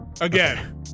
again